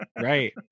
Right